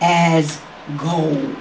as gold